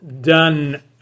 done